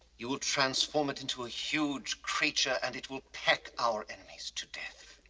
you will transform it into a huge creature, and it will peck our enemies to death.